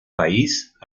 país